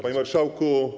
Panie Marszałku!